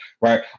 right